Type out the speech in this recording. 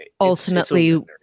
ultimately